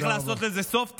צריך לעשות לזה סוף.